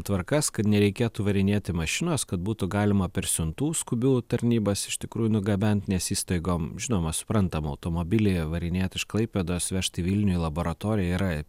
tvarkas kad nereikėtų varinėti mašinos kad būtų galima per siuntų skubių tarnybas iš tikrųjų nugabent nes įstaigom žinoma suprantama automobilyje varinėt iš klaipėdos vežt į vilnių į laboratoriją yra